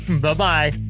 Bye-bye